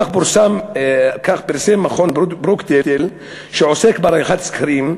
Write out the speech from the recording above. כך פרסם מכון ברוקדייל שעוסק בעריכת סקרים,